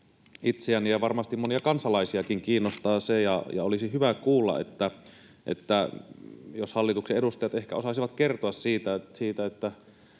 itseäni ja varmasti monia kansalaisiakin kiinnostaa ja olisi hyvä kuulla, jos hallituksen edustajat ehkä osaisivat kertoa, mitä